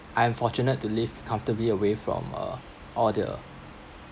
I am fortunate to live comfortably away from uh all the